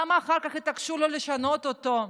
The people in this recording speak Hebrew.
למה אחר כך התעקשו לא לשנות אותו.